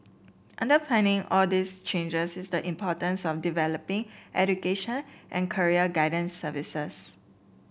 underpinning all these changes is the importance of developing education and career guidance services